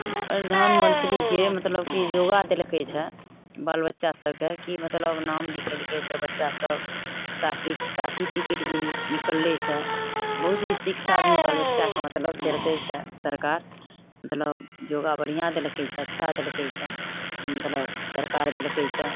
प्रधानमन्त्रीके मतलब की योगा देलकै छै बाल बच्चा सबके की मतलब नाम लिखैलकै से बच्चा सब साटीर्फिकेट भी निकललै छै बहुत भी शिक्षा भी बाल बच्चाके मतलब देलकै छै सरकार मतलब योगा बढ़िऑं देलकै से अच्छा देलकै छै मतलब सरकार देलकै छै